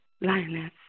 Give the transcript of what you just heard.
lioness